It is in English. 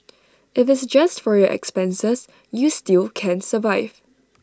if it's just for your expenses you still can survive